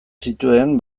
zituen